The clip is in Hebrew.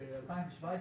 כי הרשת שלהם,